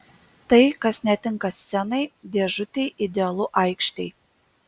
tai kas netinka scenai dėžutei idealu aikštei